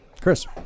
Chris